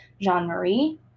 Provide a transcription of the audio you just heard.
Jean-Marie